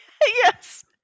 Yes